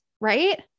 right